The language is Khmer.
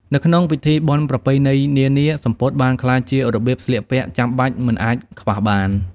នៅក្នុងពិធីបុណ្យប្រពៃណីនានា សំពត់បានក្លាយជារបៀបស្លៀកពាក់ចាំបាច់មិនអាចខ្វះបាន។